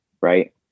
Right